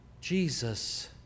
Jesus